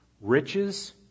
Riches